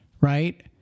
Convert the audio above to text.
right